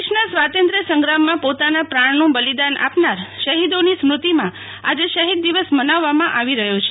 દેશના સ્વાતંત્ર્ય સંગ્રામમાં પોતાના પ્રાણનું બલિદાન આપનાર શહિદોની સ્મૃતિમાં આજે શહિદ દિવસ મનાવવામાં આવી રહ્યો છે